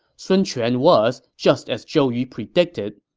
sun quan was, just as zhou yu predicted,